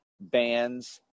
bands